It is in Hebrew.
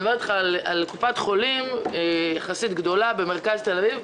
אני מדברת אתך על קופת חולים יחסית גדולה במרכז תל-אביב.